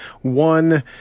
one